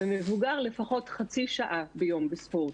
ומבוגר לפחות חצי שעה ביום בספורט.